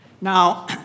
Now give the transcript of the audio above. Now